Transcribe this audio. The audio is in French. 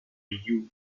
you